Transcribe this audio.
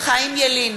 חיים ילין,